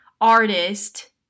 Artist